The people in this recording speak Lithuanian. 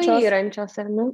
suyrančios ar ne